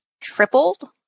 tripled